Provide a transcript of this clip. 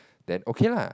then okay lah